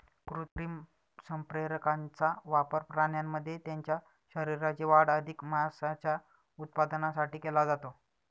कृत्रिम संप्रेरकांचा वापर प्राण्यांमध्ये त्यांच्या शरीराची वाढ अधिक मांसाच्या उत्पादनासाठी केला जातो